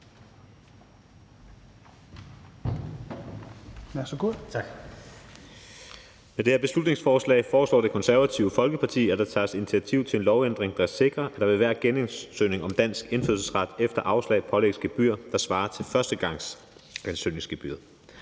Med det her beslutningsforslag foreslår Det Konservative Folkeparti, at der tages initiativ til en lovændring, der sikrer, at der ved hver genansøgning om dansk indfødsret efter afslag pålægges gebyr, der svarer til førstegangsansøgningsgebyret.